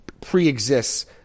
pre-exists